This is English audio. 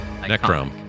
Necrom